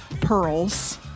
pearls